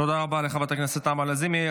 תודה רבה לחברת הכנסת נעמה לזימי.